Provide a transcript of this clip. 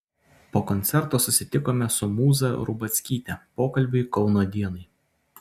po koncerto susitikome su mūza rubackyte pokalbiui kauno dienai